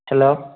hello